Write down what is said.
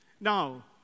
Now